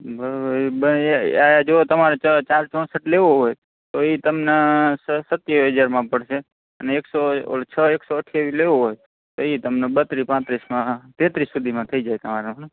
બરાબર બ એ આ જો તમારે ચ ચાર ચોંસઠ લેવો હોય તો એ તમને સ સત્યાવીસ હજારમાં પડશે અને એકસો પેલો છ એકસો અઠ્યાવીસ લેવો હોય તો એ તમને બત્રીસ પાંત્રીસમાં તેત્રીસ સુધીમાં થઇ જશે તમારે શું